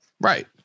Right